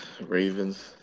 Ravens